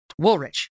woolrich